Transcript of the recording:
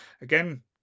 again